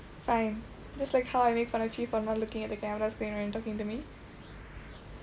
fine just like how I make fun of you for not looking at the cameras when you're talking to me